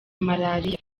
malariya